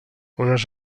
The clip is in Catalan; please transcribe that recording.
unes